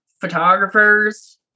photographers